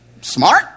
smart